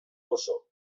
oso